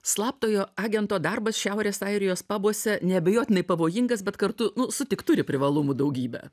slaptojo agento darbas šiaurės airijos pabuose neabejotinai pavojingas bet kartu nu sutik turi privalumų daugybę